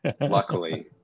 luckily